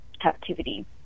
captivity